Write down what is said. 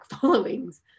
followings